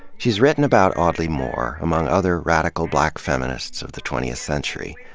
she's written about audley moore, among other radical black feminists of the twentieth century.